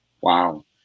Wow